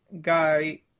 guy